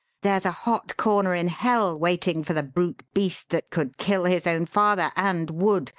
there's a hot corner in hell waiting for the brute-beast that could kill his own father, and would,